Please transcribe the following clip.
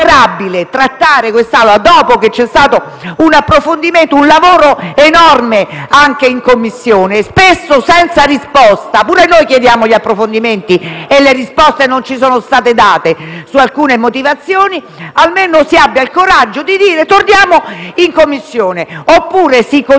trattare così l'Assemblea, dopo che c'è stato un approfondimento e un lavoro enorme anche in Commissione, spesso senza risposta. Anche noi abbiamo chiesto approfondimenti e le risposte non ci sono state date, su alcune motivazioni. Almeno si abbia il coraggio di tornare in Commissione, oppure si continui